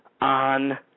on